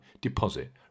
deposit